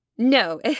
No